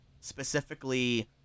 specifically